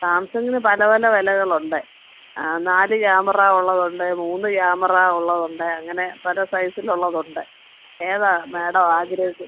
സാംസങ്ങിന് പല പല വിലകളുണ്ട് നാല് ക്യാമറ ഉള്ളതുണ്ട് മൂന്ന് ക്യാമറ ഉള്ളതുണ്ട് അങ്ങനെ പല സൈസിലുള്ളതുണ്ട് ഏതാണ് മാഡം ആഗ്രഹിക്കുന്നത്